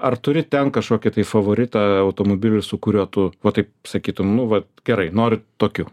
ar turi ten kažkokį tai favoritą automobilį su kuriuo tu va taip sakytum nu vat gerai noriu tokiu